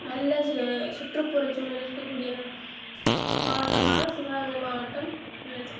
நல்ல சுற்றுப்புறச்சூழல் இருக்கக்கூடிய மாவட்டமாக சிவகங்கை மாவட்டம் உள்ளது